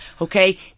Okay